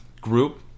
group